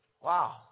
Wow